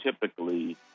typically